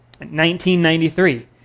1993